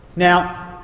now,